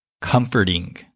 Comforting